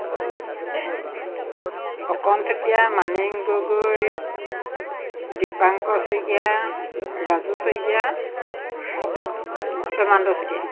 অকণ চুতীয়া মানিক গগৈ দীপাংকৰ শইকীয়া ৰাজু শইকীয়া হেমন্ত চুতীয়া